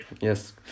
Yes